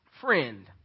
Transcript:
friend